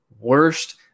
worst